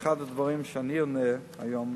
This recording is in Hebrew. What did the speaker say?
אחד הדברים שאני עונה היום,